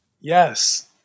Yes